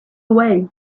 away